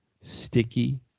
Sticky